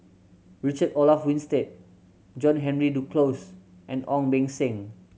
Richard Olaf Winstedt John Henry Duclos and Ong Beng Seng